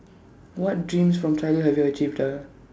what dreams from childhood have you achieved ah